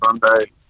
Sunday